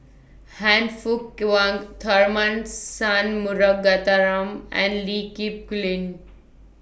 Han Fook Kwang Tharman Shanmugaratnam and Lee Kip Lin